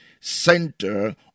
center